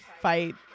fight